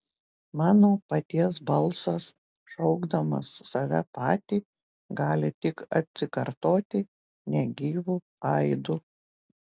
mano paties balsas šaukdamas save patį gali tik atsikartoti negyvu aidu